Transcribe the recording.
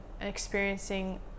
experiencing